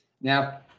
Now